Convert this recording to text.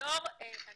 אני